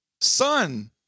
son